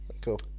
Cool